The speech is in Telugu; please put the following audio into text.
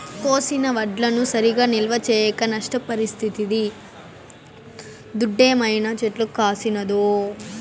కోసిన వడ్లను సరిగా నిల్వ చేయక నష్టపరిస్తిది దుడ్డేమైనా చెట్లకు కాసినాదో